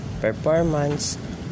performance